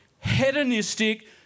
hedonistic